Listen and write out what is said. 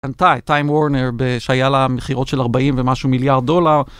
טיימ וורנר שהיה חה מכירות של 40 ומשהו מיליארד דולר.